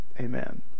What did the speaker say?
amen